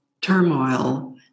turmoil